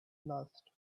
last